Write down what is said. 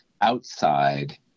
outside